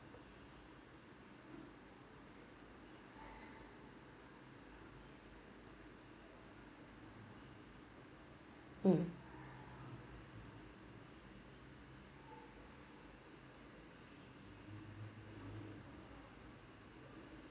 mm